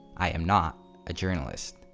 i am not a journalist.